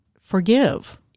forgive